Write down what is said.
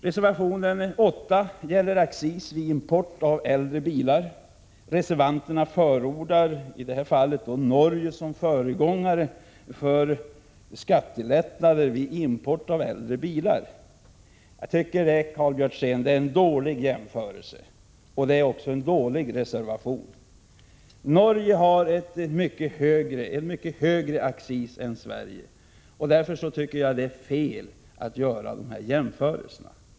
Reservation 8 gäller accis vid import av äldre bilar. Reservanterna åberopar Norge som föregångare när det gäller skattelättnader vid sådan import. Det är en dålig jämförelse, Karl Björzén. Det är också en dålig reservation. Norge har en mycket högre accis än Sverige. Därför tycker jag det är fel att göra den jämförelsen.